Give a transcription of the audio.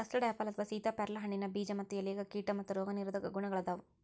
custard apple ಅಥವಾ ಸೇತಾಪ್ಯಾರಲ ಹಣ್ಣಿನ ಬೇಜ ಮತ್ತ ಎಲೆಯಾಗ ಕೇಟಾ ಮತ್ತ ರೋಗ ನಿರೋಧಕ ಗುಣಗಳಾದಾವು